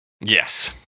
Yes